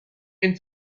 and